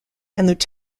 and